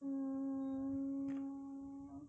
mm